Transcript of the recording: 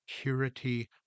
purity